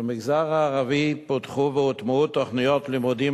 במגזר הערבי פותחו והוטמעו תוכניות לימודים